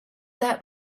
that